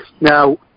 Now